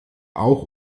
auch